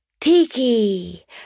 Tiki